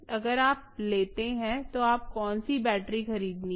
अगर आप लेते हैं तो कौन सी बैटरी खरीदनी है